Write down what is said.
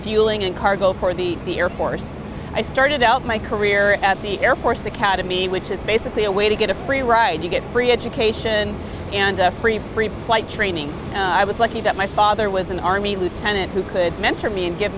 fueling and cargo for the the air force i started out my career at the air force academy which is basically a way to get a free ride you get free education and free free flight training i was lucky that my father was an army lieutenant who could mentor me and give